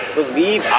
believe